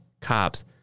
cops